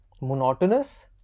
monotonous